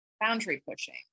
boundary-pushing